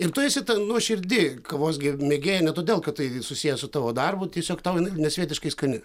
ir tu esi nuoširdi kavos mėgėja ne todėl kad tai susiję su tavo darbu tiesiog tau jinai nesvietiškai skani